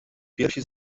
piersi